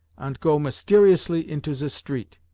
ant go mysteriously into ze street.